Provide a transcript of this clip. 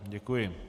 Děkuji...